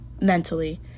mentally